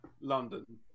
london